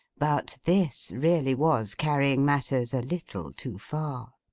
but this really was carrying matters a little too far.